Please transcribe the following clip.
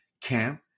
camp